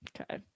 Okay